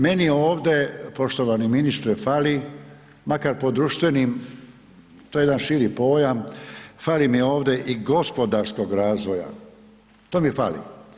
Meni ovdje poštovani ministre fali makar po društvenim, to je jedan širi pojam, fali mi ovdje i gospodarskog razvoja, to mi fali.